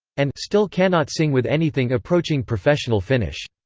and still cannot sing with anything approaching professional finish.